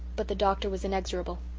but the doctor was inexorable.